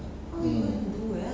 ha